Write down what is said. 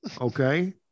okay